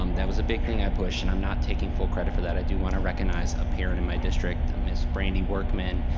um that was a big thing i pushed and i'm not taking full credit for that. i do wanna recognize a parent in my district, ms. brandy workman,